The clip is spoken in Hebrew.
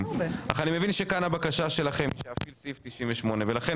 אך אני מבין שכאן הבקשה שלכם היא שאפעיל סעיף 98 ולכן